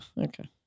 Okay